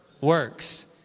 works